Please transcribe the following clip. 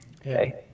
okay